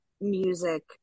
music